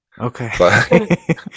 Okay